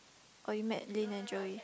oh you met Lin and Joey